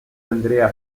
andrea